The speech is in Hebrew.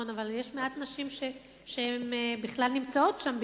אבל יש מעט נשים שבכלל נמצאות שם,